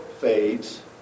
fades